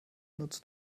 nutzt